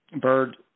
Bird